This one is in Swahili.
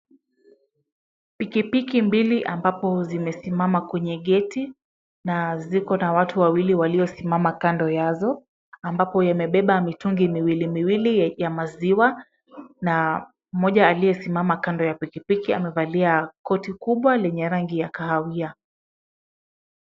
Pikipiki mbili ambapo zimesimama kwenye geti na ziko na watu wawili waliosimama kando yazo, ambapo yamebeba mitungi miwili miwili ya maziwa na mmoja aliyesimama kando ya pikipiki amevalia koti kubwa lenye rangi ya kahawia.